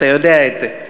אתה יודע את זה.